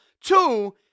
Two